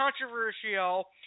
controversial